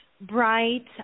bright